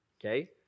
Okay